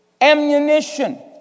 ammunition